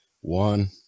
one